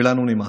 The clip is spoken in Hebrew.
ולנו נמאס.